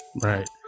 Right